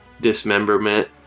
dismemberment